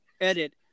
edit